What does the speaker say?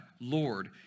Lord